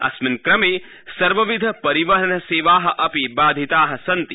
अस्मिन् क्रमे सर्वविध परिवहन सेवा अपि वाधिताः सन्ति